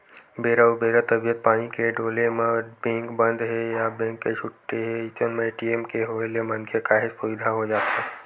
बेरा उबेरा तबीयत पानी के डोले म बेंक बंद हे या बेंक के छुट्टी हे अइसन मन ए.टी.एम के होय ले मनखे काहेच सुबिधा हो जाथे